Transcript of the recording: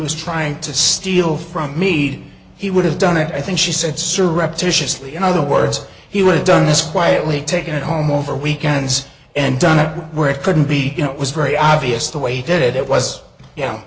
was trying to steal from me he would have done it i think she said sir repetitiously in other words he would have done this quietly taken at home over weekends and done it where it couldn't be you know it was very obvious the way that it was yeah